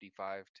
55